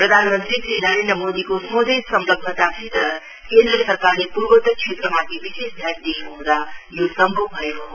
प्रधान मन्त्री श्री नरेन्द्र मोदीको सोझै संलग्नतासित केन्द्र सरकारले पूर्वोतर क्षेत्रमाथि विशेष ध्यान दिएको हँदा यो सम्भाव भएको हो